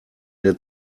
der